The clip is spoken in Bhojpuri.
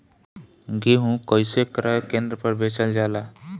गेहू कैसे क्रय केन्द्र पर बेचल जाला?